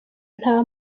nta